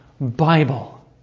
Bible